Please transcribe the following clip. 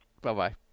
Bye-bye